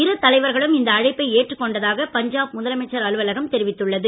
இருதலைவர்களும் இந்த அழைப்பை ஏற்றுக் கொண்டதாக பஞ்சாப் முதலமைச்சர் அலுவலகம் தெரிவித்துள்ளது